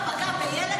אבא פגע בילד,